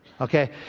Okay